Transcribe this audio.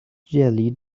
jelly